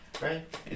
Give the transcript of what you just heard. right